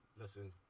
listen